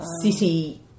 city